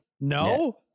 No